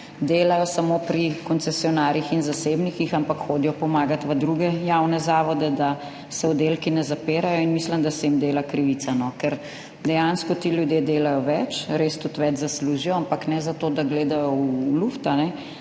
delajo samo pri koncesionarjih in zasebnikih, ampak hodijo pomagati v druge javne zavode, da se oddelki ne zapirajo. In mislim, da se jim dela krivica, ker dejansko ti ljudje delajo več, res tudi več zaslužijo, ampak ne za to, da gledajo v luft,